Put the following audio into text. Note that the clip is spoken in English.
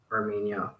Armenia